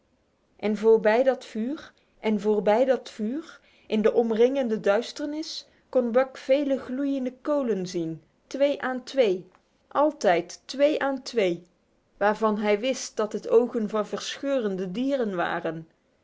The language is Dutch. voorbij dat vuur in de omringende duisternis kon buck vele gloeiende kolen zien twee aan twee altijd twee aan twee waarvan hij wist dat het ogen van verscheurende dieren waren